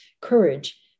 courage